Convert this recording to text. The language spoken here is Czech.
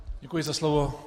Děkuji za slovo.